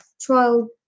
Trial